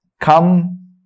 come